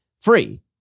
free